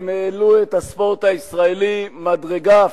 הם העלו את הספורט הישראלי מדרגה,